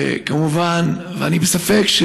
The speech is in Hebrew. אני בספק,